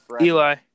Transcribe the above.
Eli